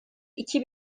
iki